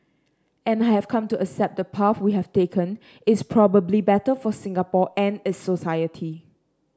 and I have come to accept the path we have taken is probably better for Singapore and its society